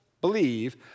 believe